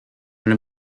when